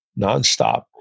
nonstop